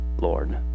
Lord